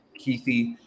Keithy